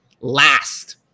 Last